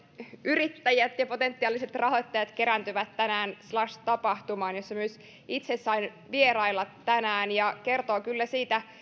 yrittäjät ja potentiaaliset rahoittajat kerääntyvät tänään slush tapahtumaan jossa myös itse sain vierailla tänään kertoo kyllä siitä